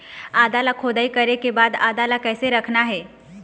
आदा ला खोदाई करे के बाद आदा ला कैसे रखना हे?